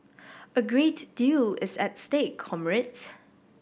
a great deal is at stake comrades